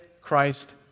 Christ